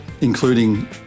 including